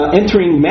entering